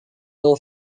law